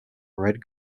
red